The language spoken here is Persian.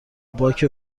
باک